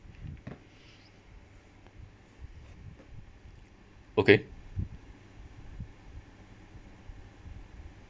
okay